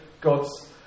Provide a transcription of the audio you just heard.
God's